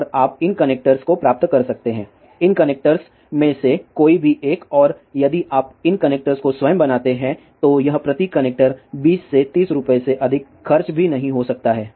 और आप इन कनेक्टर्स को प्राप्त कर सकते हैं इन कनेक्टर्स में से कोई भी एक और यदि आप इन कनेक्टर्स को स्वयं बनाते हैं तो यह प्रति कनेक्टर 20 से 30 रुपये से अधिक खर्च भी नहीं हो सकता है